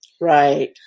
right